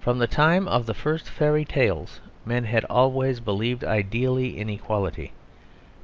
from the time of the first fairy tales men had always believed ideally in equality